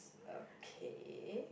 okay